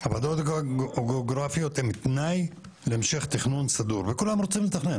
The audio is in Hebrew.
הוועדות הגיאוגרפיות הן תנאי להמשך תכנון סדור וכולם רוצים לתכנן.